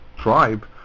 tribe